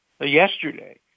yesterday